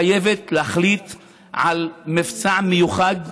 חייבת להחליט על מבצע מיוחד,